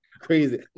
crazy